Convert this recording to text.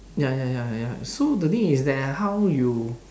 ya ya ya ya so the thing is that how you